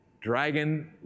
dragon